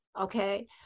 Okay